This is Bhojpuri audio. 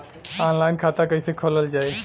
ऑनलाइन खाता कईसे खोलल जाई?